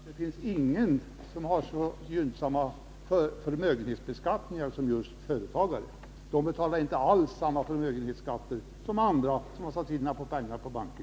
Herr talman! Jag ber att få påpeka att ingen kategori i detta land har en så gynnsam förmögenhetsbeskattning som just företagarna. De betalar inte alls samma förmögenhetsskatt som andra, som har satt in pengar på banken.